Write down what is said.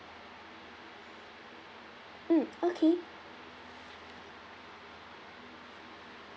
mm okay